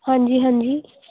ਹਾਂਜੀ ਹਾਂਜੀ